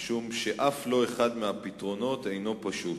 משום שאף אחד מהפתרונות אינו פשוט.